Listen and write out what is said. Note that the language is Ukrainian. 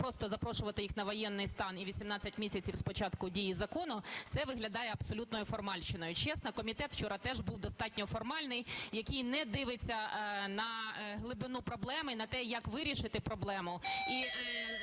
просто запрошувати їх на воєнний стан і 18 місяців з початку дії закону – це виглядає абсолютною формальщиною. Чесно, комітет вчора теж був достатньо формальний, який не дивиться на глибину проблеми і на те, як вирішити проблему, і